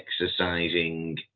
exercising